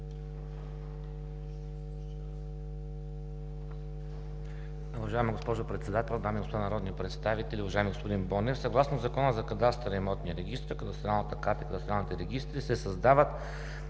господин Бонев, съгласно Закона за кадастъра и имотния регистър кадастралната карта и кадастралните регистри се създават